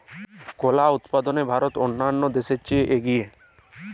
কলা উৎপাদনের ক্ষেত্রে ভারত অন্যান্য দেশের চেয়ে এগিয়ে